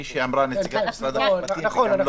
אנחנו לא